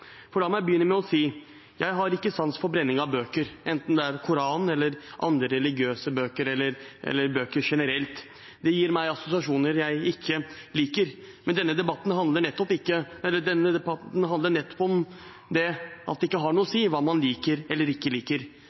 i. La meg begynne med å si at jeg ikke har sans for brenning av bøker, enten det er Koranen, andre religiøse bøker eller bøker generelt. Det gir meg assosiasjoner jeg ikke liker. Men denne debatten handler nettopp om at det ikke har noe si hva man liker eller ikke liker.